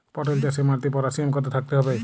পটল চাষে মাটিতে পটাশিয়াম কত থাকতে হবে?